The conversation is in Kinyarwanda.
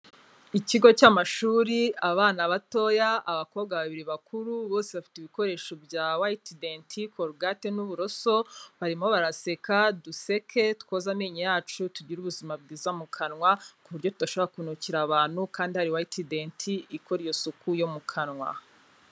Ikigo cyamashuri abana batoya, abakobwa babiri bakuru, bose bafite ibikoresho bya Whitedent, colgate n'uburoso, barimo baraseka, duseke twoza amenyo yacu, tugire ubuzima bwiza mu kanwa, ku buryo tudashobora kunukira abantu kandi hari Whitdent ikora iyo suku yo mu kanwa.